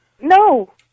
No